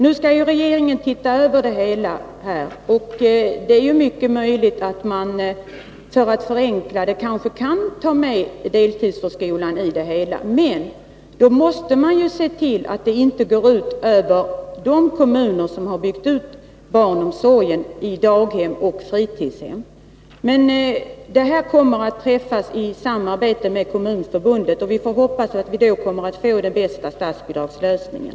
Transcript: Nu skall regeringen se över hela denna fråga, och det är ju mycket möjligt att man för att förenkla det hela kan ta med deltidsförskolan. Men man måste då se till att det inte går ut över de kommuner som har byggt ut barnomsorgen i daghem och fritidshem. Beslut om detta kommer att fattas i samråd med Kommunförbundet, och vi får hoppas att vi då kommer att få den bästa statsbidragslösningen.